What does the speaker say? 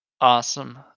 Awesome